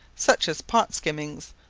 such as pot skimmings,